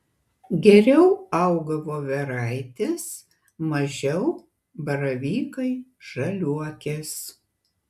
geriau auga voveraitės mažiau baravykai žaliuokės